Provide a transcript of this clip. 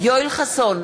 יואל חסון,